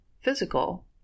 physical